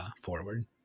forward